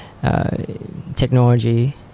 technology